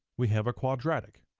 we have a quadratic.